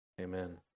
Amen